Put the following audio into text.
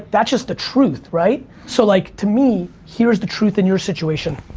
that's just the truth, right? so, like to me, here's the truth in your situation